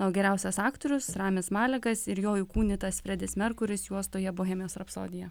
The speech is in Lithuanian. o geriausias aktorius ramis malekas ir jo įkūnytas fredis merkuris juostoje bohemijos rapsodija